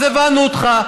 אז הבנו אותך.